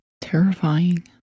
terrifying